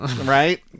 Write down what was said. right